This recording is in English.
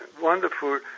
wonderful